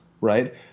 right